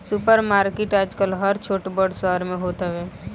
super market आजकल हर छोट बड़ शहर में होत हवे